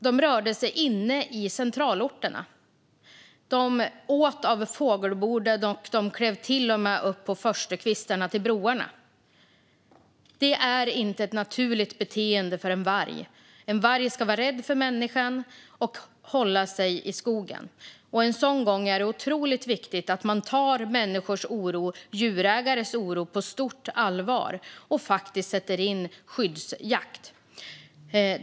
De rörde sig inne i centralorterna, de åt från fågelborden och de klev till och med upp på förstukvisten till broar. Det är inte ett naturligt beteende för en varg. En varg ska vara rädd för människan och hålla sig i skogen. Sådana gånger är det otroligt viktigt att ta människors oro - djurägares oro - på stort allvar och sätta in skyddsjakt.